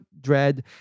Dread